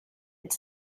its